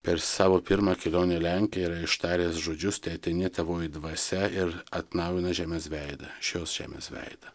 per savo pirmą kelionę į lenkiją yra ištaręs žodžius teateinie tavoji dvasia ir atnaujina žemės veidą šios žemės veidą